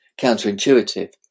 counterintuitive